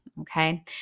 Okay